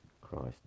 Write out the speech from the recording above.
Christ